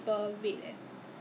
you can't dispute anymore what